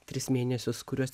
tris mėnesius kuriuos